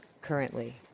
currently